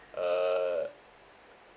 uh